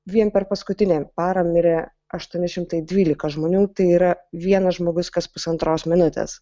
vien per paskutinę parą mirė aštuoni šimtai dvylika žmonių tai yra vienas žmogus kas pusantros minutės